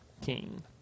king